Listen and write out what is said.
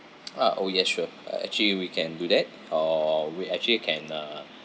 ah oh yes sure uh actually we can do that or we actually can uh